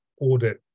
audit